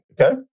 okay